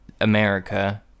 America